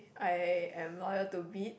I am loyal to Beats